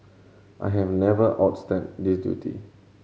I have never out step this duty